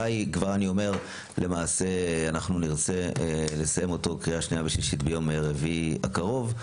אנחנו נרצה לסיים אותו בקריאה שנייה ושלישית ביום רביעי הקרוב,